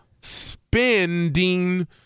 spending